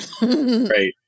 Right